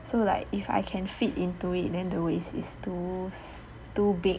so like if I can fit into it then the waist is too big